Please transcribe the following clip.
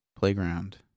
playground